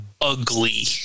ugly